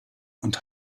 und